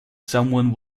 someone